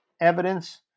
evidence